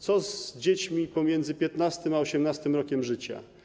Co z dziećmi pomiędzy 15. a 18. rokiem życia?